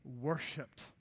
worshipped